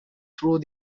through